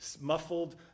muffled